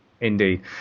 Indeed